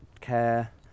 care